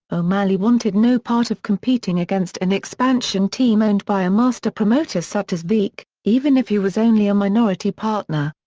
o'malley wanted no part of competing against an expansion team owned by a master promoter such as veeck, even if he was only a minority partner.